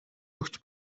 өгч